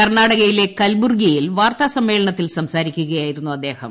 കർണാടകയിലെ കൽബുർഗിയിൽ വാർത്താസമ്മേളനത്തിൽ സംസാരിക്കുകയായിരുന്നു അദ്ദേഹം